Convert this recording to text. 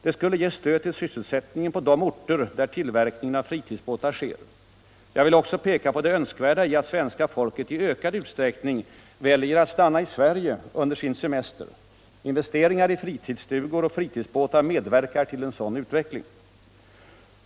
Det skulle ge stöd tull sysselsättningen på de orter där tillverkningen av frividsbåtar sker. Jag vill också peka på det önskvärda i alt svenska folket i ökad utsträckning väljer att stanna I Sverige under sin semester. Investeringar i fritidsstugor och fritidsbåtar medverkar till en sådan utveckling.